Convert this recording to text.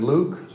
Luke